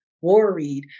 worried